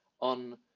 on